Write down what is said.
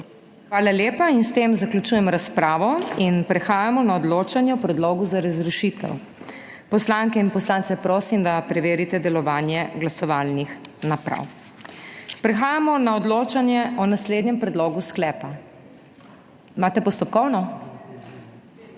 Hvala lepa in s tem zaključujem razpravo in prehajamo na odločanje o predlogu za razrešitev. Poslanke in poslance prosim, da preverite delovanje glasovalnih naprav. Prehajamo na odločanje o naslednjem predlogu sklepa. Imate postopkovno?